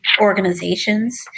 organizations